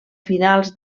finals